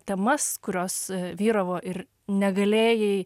temas kurios vyravo ir negalėjai